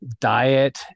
diet